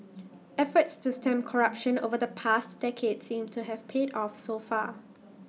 efforts to stem corruption over the past decade seem to have paid off so far